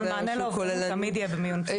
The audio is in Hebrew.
אבל מענה תמיד יהיה במיון פסיכיאטרי.